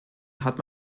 hat